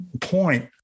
point